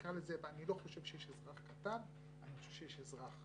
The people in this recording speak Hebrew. נקרא לזה כך למרות שאני לא חושב שיש אזרח קטן אלא אני חושב שיש אזרח